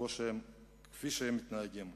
כפי שהם מתנהגים.